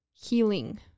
healing